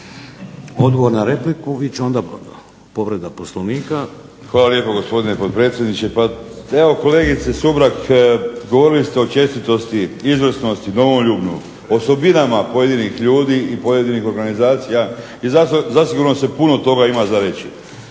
Odgovor na repliku. Bit će onda povreda Poslovnika. **Đakić, Josip (HDZ)** Hvala lijepo gospodine potpredsjedniče. Pa evo kolegice Sumrak govorili ste o čestitosti, izvrsnosti, domoljublju, osobinama pojedinih ljudi i pojedinih organizacija i zasigurno se puno toga ima za reći.